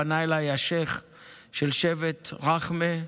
פנה אליי השייח' של שבט רח'מה,